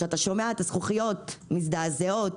שומעים את הזכוכיות מזדעזעות.